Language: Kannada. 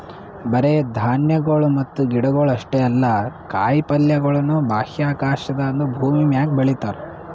ಬರೇ ಧಾನ್ಯಗೊಳ್ ಮತ್ತ ಗಿಡಗೊಳ್ ಅಷ್ಟೇ ಅಲ್ಲಾ ಕಾಯಿ ಪಲ್ಯಗೊಳನು ಬಾಹ್ಯಾಕಾಶದಾಂದು ಭೂಮಿಮ್ಯಾಗ ಬೆಳಿತಾರ್